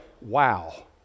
Wow